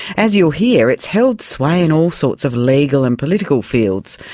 as you'll hear, it's held sway in all sorts of legal and political fields,